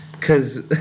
cause